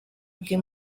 bwe